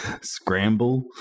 scramble